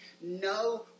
no